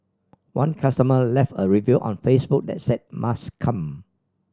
one customer left a review on Facebook that said must come